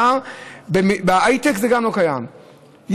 גם בהייטק זה לא קיים,